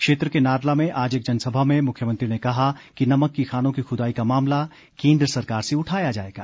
क्षेत्र के नारला में आज एक जनसभा में मुख्यमंत्री ने कहा कि नमक की खानों की खुदाई का मामला केंद्र सरकार से उठाया जाएगा